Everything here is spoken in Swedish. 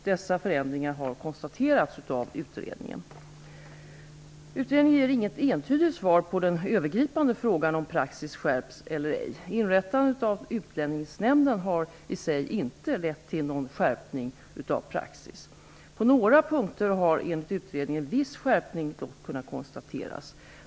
Dessa förändringar har konstaterats av utredningen. Utredningen ger inget entydigt svar på den övergripande frågan om praxis skärpts eller ej. Inrättandet av Utlänningsnämnden har i sig inte lett till någon skärpning av praxis. På några punkter har enligt utredningen en viss skärpning dock kunnat konstateras.